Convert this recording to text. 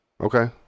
Okay